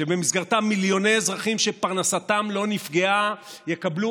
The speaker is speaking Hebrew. שבמסגרתה מיליוני אזרחים שפרנסתם לא נפגעה יקבלו